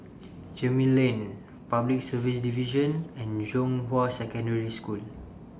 Gemmill Lane Public Service Division and Zhonghua Secondary School